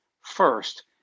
first